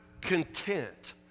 content